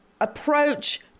approach